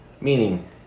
Meaning